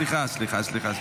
סליחה, סליחה.